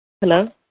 Hello